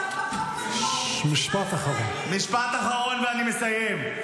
--- משפט אחרון, ואני מסיים: